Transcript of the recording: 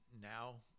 now